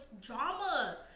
drama